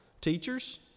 teachers